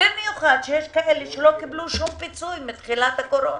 במיוחד שיש כאלה שלא קיבלו שום פיצוי מתחילת הקורונה.